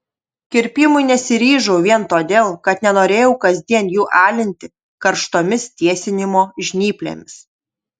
kirpimui nesiryžau vien todėl kad nenorėjau kasdien jų alinti karštomis tiesinimo žnyplėmis